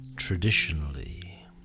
traditionally